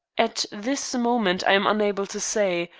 at this moment i am unable to say.